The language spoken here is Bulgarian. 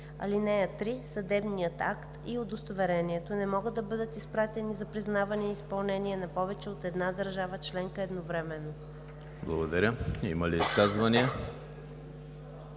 от него. (3) Съдебният акт и удостоверението не могат да бъдат изпратени за признаване и изпълнение на повече от една държава членка едновременно.“ ПРЕДСЕДАТЕЛ ЕМИЛ ХРИСТОВ: Има ли изказвания?